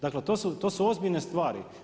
Dakle, to su ozbiljne stvari.